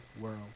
world